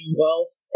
wealth